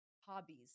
hobbies